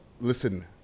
listen